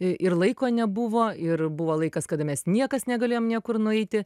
i ir laiko nebuvo ir buvo laikas kada mes niekas negalėjom niekur nueiti